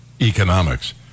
economics